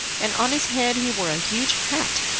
and on his head he wore a huge hat,